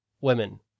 women